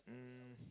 um